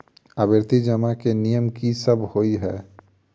आवर्ती जमा केँ नियम की सब होइ है?